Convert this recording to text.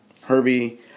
Herbie